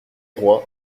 roi